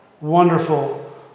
wonderful